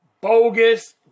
bogus